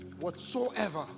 whatsoever